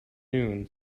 noon